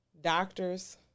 doctors